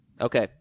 Okay